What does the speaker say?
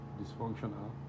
dysfunctional